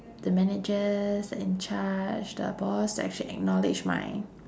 the managers the in charge the boss to actually acknowledge my